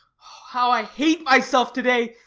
how i hate myself to-day!